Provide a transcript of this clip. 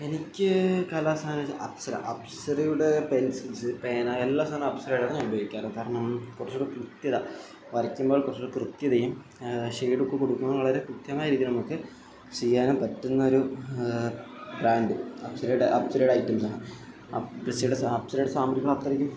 എനിക്ക് കലാസാധനങ്ങൾ അപ്സര അപ്സരയുടെ പെൻസിൽസ് പേന എല്ലാ സാധനവും അപ്സരയുടേതാണ് ഞാൻ ഉപയോഗിക്കാറ് കാരണം കുറച്ചും കൂടെ കൃത്യത വരയ്ക്കുമ്പോൾ കുറച്ചും കൂടെ കൃത്യതയും ഷെയ്ഡൊക്കെ കൊടുക്കുന്നതും വളരെ കൃത്യമായ രീതിയിലാണ് നമുക്ക് ചെയ്യാനും പറ്റുന്ന ഒരു ബ്രാൻഡ് അപ്സരയുടെ അപ്സരയുടെ ഐറ്റംസാണ് അപ്സരയുടെ സാധനങ്ങൾ അത്രയ്ക്ക്